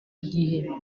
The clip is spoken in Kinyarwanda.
igihe